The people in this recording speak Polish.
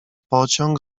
pociąg